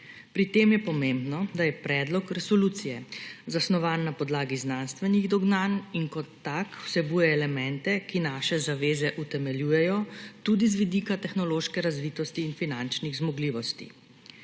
Pri tem je pomembno, da je predlog resolucije zasnovan na podlagi znanstvenih dognanj in kot tak vsebuje elemente, ki naše zaveze utemeljujejo tudi z vidika tehnološke razvitosti in finančnih zmogljivosti.